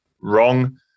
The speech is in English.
wrong